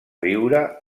viure